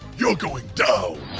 you're going down.